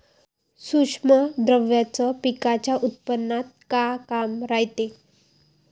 सूक्ष्म द्रव्याचं पिकाच्या उत्पन्नात का काम रायते?